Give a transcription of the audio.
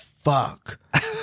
Fuck